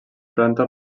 planta